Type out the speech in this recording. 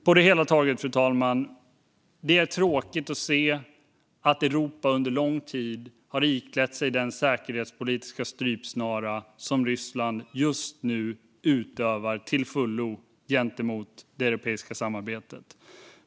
På det hela taget är det tråkigt att se att Europa under lång tid har iklätt sig den säkerhetspolitiska strypsnara som Ryssland just nu har lagt på det europeiska samarbetet.